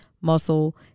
muscle